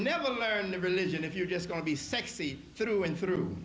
never learn the religion if you're just going to be sexy through and through